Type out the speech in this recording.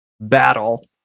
battle